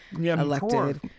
elected